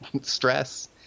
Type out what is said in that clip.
stress